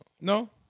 no